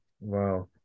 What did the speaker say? Wow